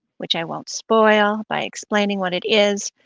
which i won't spoil by explaining what it is,